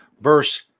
verse